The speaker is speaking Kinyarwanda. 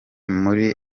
muri